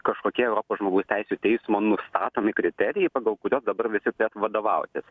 kažkokie europos žmogaus teisių teismo nustatomi kriterijai pagal kuriuos dabar visi vadovausis